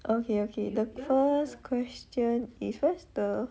okay okay the first question is where's the